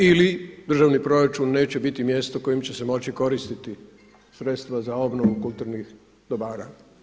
Ili državni proračun neće biti mjesto kojim će se moći koristiti sredstva za obnovu kulturnih dobara.